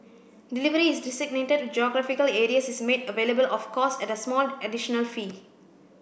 delivery is designated to geographical areas is made available of course at a small additional fee